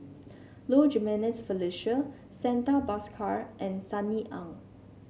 Low Jimenez Felicia Santha Bhaskar and Sunny Ang